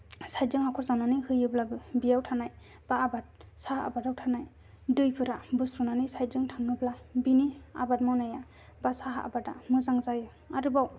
साइडजों हाखर जावनानै होयोब्लाबो बेयाव थानाय बा आबाद साहा आबादाव थानाय दैफोरा बुस्रुनानै साइडजों थाङोब्ला बिनि आबाद मावनाया बा साहा आबादा मोजां जायो आरोबाव